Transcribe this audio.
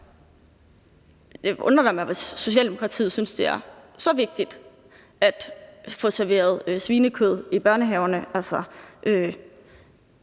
vil undre mig, hvis Socialdemokratiet synes, det er så vigtigt at få serveret svinekød i børnehaverne.